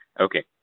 Okay